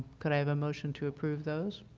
can i have a motion to approve those?